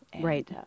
Right